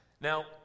Now